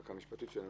המחלקה המשפטית שלנו,